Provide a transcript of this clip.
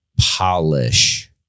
polish